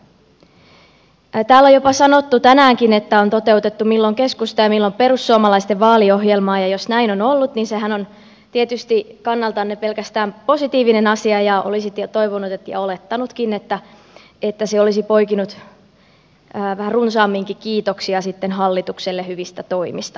täällä on jopa sanottu tänäänkin että on toteutettu milloin keskustan ja milloin perussuomalaisten vaaliohjelmaa ja jos näin on ollut niin sehän on tietysti kannaltanne pelkästään positiivinen asia ja olisi toivonut ja olettanutkin että se olisi poikinut vähän runsaamminkin kiitoksia hallitukselle hyvistä toimista